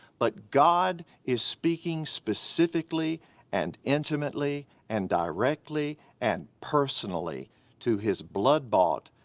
but god is speaking specifically and intimately and directly and personally to his blood bought,